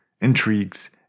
intrigues